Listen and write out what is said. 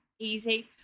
easy